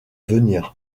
venir